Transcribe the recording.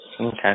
Okay